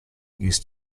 used